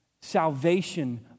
salvation